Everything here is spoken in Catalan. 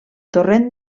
torrent